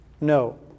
No